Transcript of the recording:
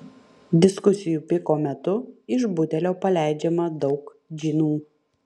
diskusijų piko metu iš butelio paleidžiama daug džinų